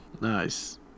Nice